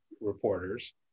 reporters